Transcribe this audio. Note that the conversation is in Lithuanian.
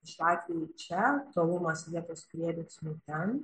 šiuo atve čia tolumas vietos prieveiksmiu ten